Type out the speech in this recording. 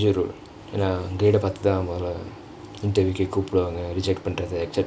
a major road என்ன:enna grade பாத்துதான் அவங்க:paarthuthaan avangka interview கூப்படுவாங்க:kupduvaangka reject பன்ரது:panrathu